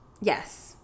Yes